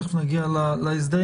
תכף נגיע להסדרים.